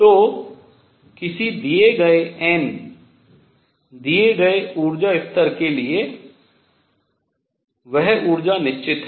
तो किसी दिए गए n दिए गए ऊर्जा स्तर के लिए वह ऊर्जा निश्चित है